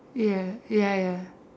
ya ya ya